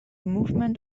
movement